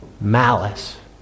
malice